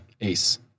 ace